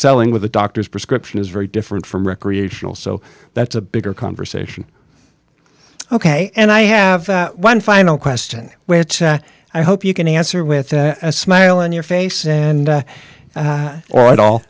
selling with a doctor's prescription is very different from recreational so that's a bigger conversation ok and i have one final question which i hope you can answer with a smile in your face and or at all